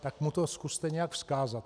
Tak mu to zkuste nějak vzkázat.